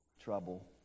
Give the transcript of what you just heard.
trouble